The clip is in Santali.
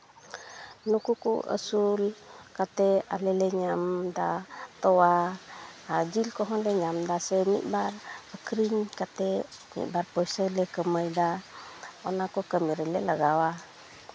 ᱱᱩᱠᱩ ᱠᱚ ᱟᱹᱥᱩᱞ ᱠᱟᱛᱮᱫ ᱟᱞᱮᱞᱮ ᱧᱟᱢᱫᱟ ᱛᱚᱣᱟ ᱥᱮ ᱡᱤᱞ ᱠᱚᱦᱚᱸᱞᱮ ᱧᱟᱢᱫᱟ ᱢᱤᱫ ᱵᱟᱨ ᱟᱹᱠᱷᱨᱤᱧ ᱠᱟᱛᱮᱫ ᱢᱤᱫ ᱵᱟᱨ ᱯᱩᱭᱥᱟᱹᱞᱮ ᱠᱟᱹᱢᱟᱣᱫᱟ ᱚᱱᱟᱠᱚ ᱠᱟᱹᱢᱤ ᱨᱮᱞᱮ ᱞᱟᱜᱟᱣᱟ